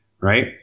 right